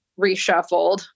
reshuffled